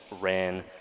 ran